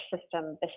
system